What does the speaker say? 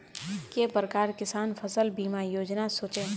के प्रकार किसान फसल बीमा योजना सोचें?